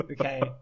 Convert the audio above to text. Okay